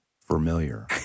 familiar